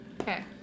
Okay